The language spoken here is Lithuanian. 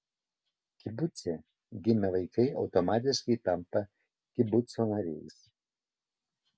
kibuce gimę vaikai automatiškai tampa kibuco nariais